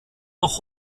noch